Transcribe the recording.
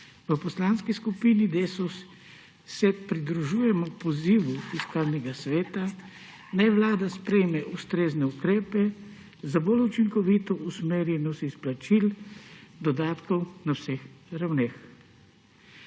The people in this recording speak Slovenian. V Poslanski skupini Desus se pridružujemo pozivu Fiskalnega sveta, naj Vlada sprejme ustrezne ukrepe za bolj učinkovito usmerjenost izplačil dodatkov na vseh ravneh.